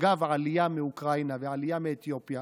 אגב העלייה מאוקראינה והעלייה מאתיופיה?